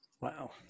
Wow